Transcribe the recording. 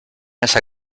esa